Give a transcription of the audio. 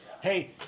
Hey